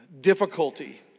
difficulty